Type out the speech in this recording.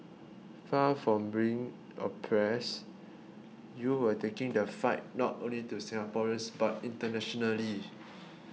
far from bring oppressed you were taking the fight not only to Singaporeans but internationally